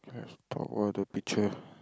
top of the picture